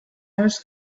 was